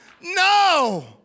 no